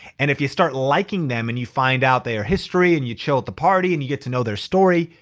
and if you start liking them and you find out their history and you chill at the party and you get to know their story,